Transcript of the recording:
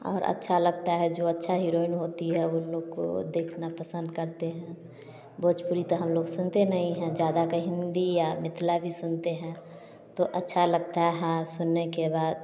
और अच्छा लगता है जो अच्छा हीरोइन होती है उन लोग को देखना पसंद करते हैं भोजपुरी तो हम लोग सुनते नहीं है ज्यादा कहीं हिंदी या मिथला भी सुनते हैं तो अच्छा लगता है सुनने के बाद